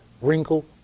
wrinkle